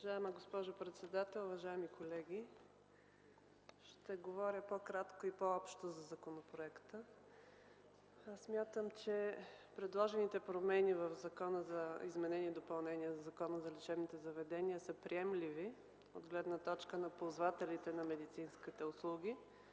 Уважаема госпожо председател, уважаеми колеги! Ще говоря по-кратко и по-общо за законопроекта. Смятам, че предложените промени в Закона за изменение и допълнение на Закона за лечебните заведения са приемливи от гледна точка на ползвателите на медицинските услуги,